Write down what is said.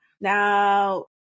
Now